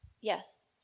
yes